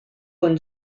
con